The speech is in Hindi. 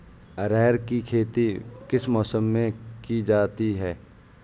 अरहर की खेती किस मौसम में की जाती है?